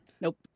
Nope